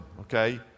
okay